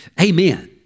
Amen